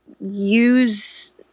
use